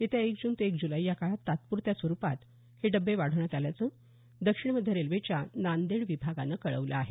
येत्या एक जून ते एक जुलै या काळात तात्पुरत्या स्वरुपात हे डबे वाढवण्यात आल्याचं दक्षिण मध्य रेल्वेच्या नांदेड विभागानं कळवलं आहे